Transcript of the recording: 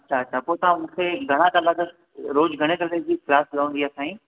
अच्छा अच्छा पोइ तव्हां मूंखे घणां कलाक रोज़ घणे दफ़े जी क्लास रहंदी आहे साईं